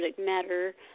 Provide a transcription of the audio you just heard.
matter